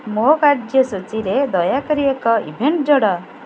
ମୋ କାର୍ଯ୍ୟସୂଚୀରେ ଦୟାକରି ଏକ ଇଭେଣ୍ଟ୍ ଯୋଡ଼